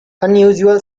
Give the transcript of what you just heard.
unusual